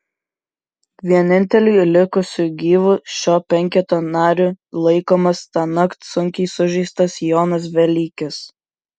vieninteliu likusiu gyvu šio penketo nariu laikomas tąnakt sunkiai sužeistas jonas velykis